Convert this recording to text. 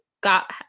got